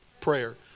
prayer